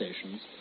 stations